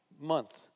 Month